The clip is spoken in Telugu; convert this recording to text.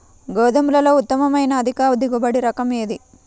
గోధుమలలో ఉత్తమమైన అధిక దిగుబడి రకం ఏది?